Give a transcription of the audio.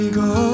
go